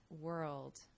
world